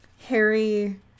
harry